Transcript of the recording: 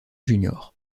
junior